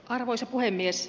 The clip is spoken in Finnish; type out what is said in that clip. arvoisa puhemies